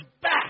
back